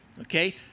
okay